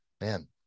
man